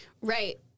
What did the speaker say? Right